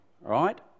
right